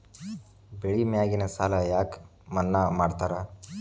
ಬೆಳಿ ಮ್ಯಾಗಿನ ಸಾಲ ಯಾಕ ಮನ್ನಾ ಮಾಡ್ತಾರ?